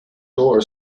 door